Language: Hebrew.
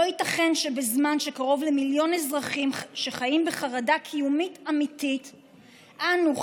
לא ייתכן שבזמן שקרוב למיליון אזרחים חיים בחרדה קיומית אמיתית אנו,